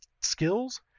skills